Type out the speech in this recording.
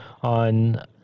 on